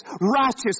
righteous